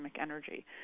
energy